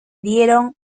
dieron